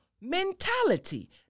mentality